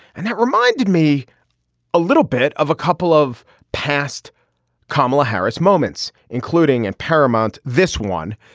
and that reminded me a little bit of a couple of past kamala harris moments including and paramount. this one.